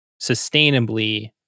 sustainably